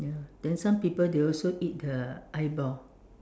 ya then some people they also eat the eyeball